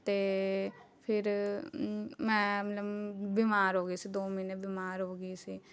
ਅਤੇ ਫਿਰ ਮੈਂ ਮਤਲਬ ਬਿਮਾਰ ਹੋ ਗਈ ਸੀ ਦੋ ਮਹੀਨੇ ਬਿਮਾਰ ਹੋ ਗਈ ਸੀ